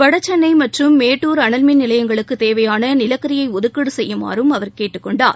வடசென்னை மற்றும் மேட்டூர் அனல் மின் நிலையங்களுக்கு தேவையான நிலக்கரியை ஒதுக்கீடு செய்யுமாறும் அவர் கேட்டுக் கொண்டார்